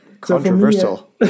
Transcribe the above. controversial